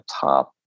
top